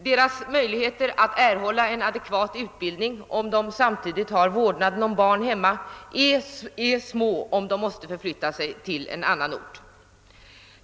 Deras möjligheter att erhålla en adekvat utbildning, om de samtidigt har vårdnaden om barnen hemma, är små om de måste förflytta sig till annan ort.